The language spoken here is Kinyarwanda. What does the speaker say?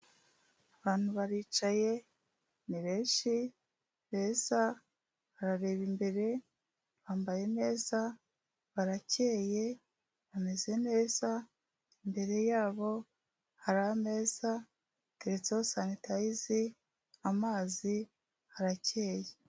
Abantu baricaye ni benshi, beza barareba imbere, bambaye neza, barakeye, bameze neza, imbere yabo hari ameza ateretseho sanitayiza, amazi harakeye.